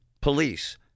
Police